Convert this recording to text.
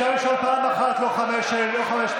תודה רבה, ועמידה בדיוק בזמנים.